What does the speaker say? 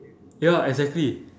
ya exactly